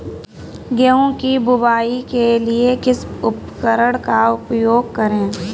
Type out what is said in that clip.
गेहूँ की बुवाई के लिए किस उपकरण का उपयोग करें?